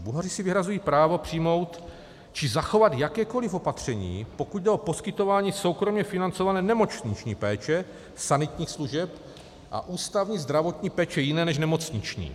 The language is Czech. Bulhaři si vyhrazují právo přijmout či zachovat jakékoli opatření, pokud jde o poskytování soukromě financované nemocniční péče, sanitních služeb a ústavní zdravotní péče jiné než nemocniční.